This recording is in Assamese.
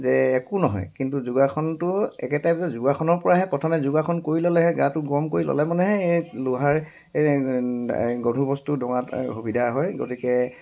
যে একো নহয় কিন্তু যোগাসনটো একে টাইপ যে যোগাসনৰপৰাহে প্ৰথমে যোগাসন কৰি ললেহে গাটো গৰম কৰি ল'লেহে মানেহে এই লোহাৰ এই এই গধুৰ বস্তু দঙাত সুবিধা হয় গতিকে